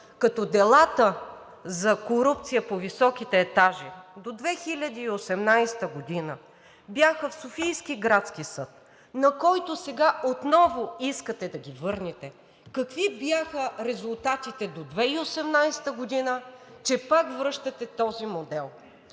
като делата за корупция по високите етажи до 2018 г. бяха в Софийския градски съд, на който сега отново искате да ги върнете, какви бяха резултатите до 2018 г., че пак връщате този модел?